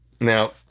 Now